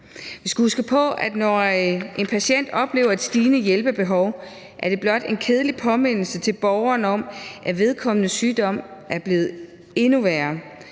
Vi skal huske på, at når en patient oplever et stigende hjælpebehov, er det blot en kedelig påmindelse til borgeren om, at vedkommendes sygdom er blevet endnu værre.